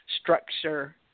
structure